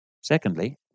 secondly